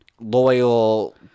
Loyal